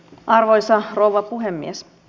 arvoisa rouva puhemies